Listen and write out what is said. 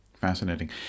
Fascinating